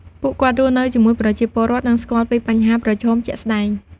ពួកគាត់រស់នៅជាមួយប្រជាពលរដ្ឋ និងស្គាល់ពីបញ្ហាប្រឈមជាក់ស្ដែង។